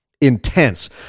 intense